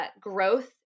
growth